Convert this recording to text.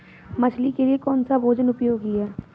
मछली के लिए कौन सा भोजन उपयोगी है?